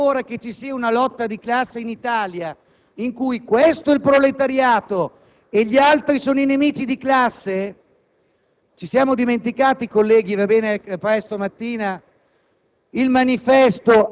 Chi pensa ancora che ci sia una lotta di classe in Italia, in cui questo è il proletariato e gli altri sono i nemici di classe, dimentica - colleghi, va bene che è mattina